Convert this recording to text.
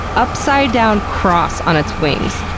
upside down cross on its wings,